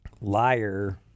liar